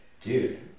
dude